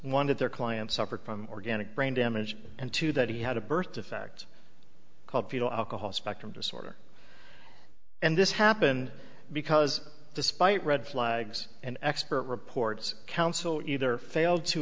that their client suffered from organic brain damage and two that he had a birth defect called fetal alcohol spectrum disorder and this happened because despite red flags an expert reports counsel either failed to